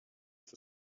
for